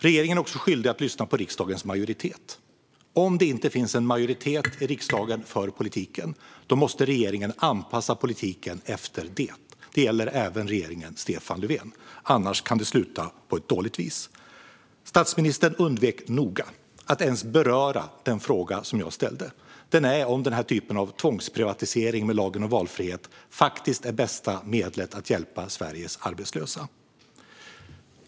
Regeringen är också skyldig att lyssna på riksdagens majoritet. Om det inte finns en majoritet i riksdagen för politiken måste regeringen anpassa politiken efter det. Detta gäller även regeringen Stefan Löfven. Annars kan det sluta på ett dåligt vis. Statsministern undvek noga att ens beröra den fråga jag ställde, nämligen om denna typ av tvångsprivatisering genom lagen om valfrihet faktiskt är bästa medlet att hjälpa Sveriges arbetslösa.